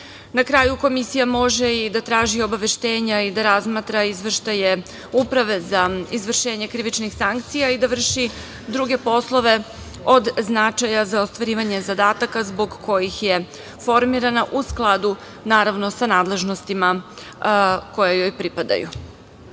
Na kraju, Komisija može i da traži obaveštenja i da razmatra izveštaje Uprave za izvršenje krivičnih sankcija i da vrši druge poslove od značaja za ostvarivanje zadataka zbog kojih je formirana, u skladu sa nadležnostima koje joj pripadaju. Kada